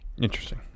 Interesting